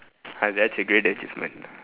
ah that's a great achievement